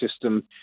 system